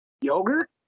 Yogurt